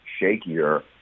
shakier